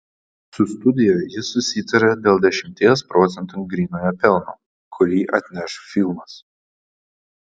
su studija jis susitarė dėl dešimties procentų grynojo pelno kurį atneš filmas